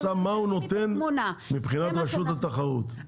מה המצב נותן מבחינת רשות התחרות?